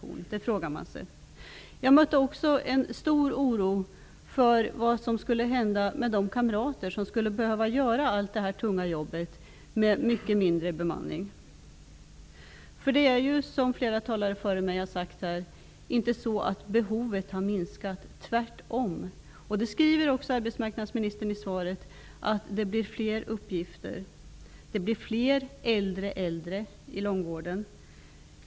Det frågar man sig. Jag mötte också en stor oro för vad som skall hända med de kamrater som kommer att behöva göra allt det tunga jobbet med mycket mindre bemanning. Det är, som flera talare har sagt före mig, inte så att behovet har minskat, tvärtom. Det skriver också arbetsmarknadsministern i svaret. Det blir fler uppgifter. Det blir fler äldre äldre i långvården.